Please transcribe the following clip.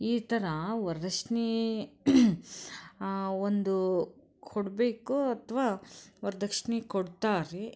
ಈ ಥರ ವರ್ದಕ್ಷಿಣೆ ಒಂದು ಕೊಡಬೇಕು ಅಥ್ವಾ ವರ್ದಕ್ಷಿಣೆ ಕೊಡ್ತಾರೆ